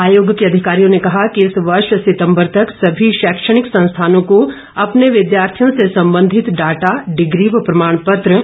आयोग के अधिकारियों ने कहा कि इस वर्ष सितम्बर तक सभी शैक्षणिक संस्थानों को अपने विद्यार्थियों से संबंधित डाटा डिग्री व प्रमाण पत्र